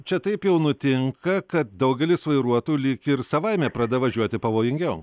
čia taip jau nutinka kad daugelis vairuotų lyg ir savaime pradeda važiuoti pavojingiau